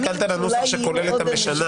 את הסתכלת על הנוסח שכולל את ה"משנה".